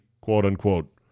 quote-unquote